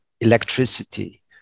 electricity